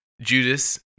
judas